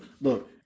Look